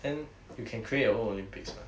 then you can create your own olympics mah